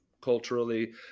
culturally